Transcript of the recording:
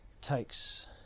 takes